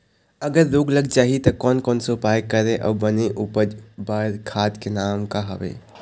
अगर रोग लग जाही ता कोन कौन सा उपाय करें अउ बने उपज बार खाद के नाम का हवे?